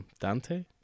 Dante